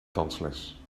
dansles